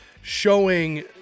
Showing